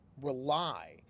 rely